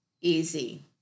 easy